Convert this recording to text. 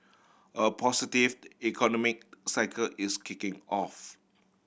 a positive economic cycle is kicking off